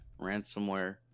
Ransomware